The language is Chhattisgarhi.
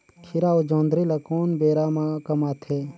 खीरा अउ जोंदरी ल कोन बेरा म कमाथे?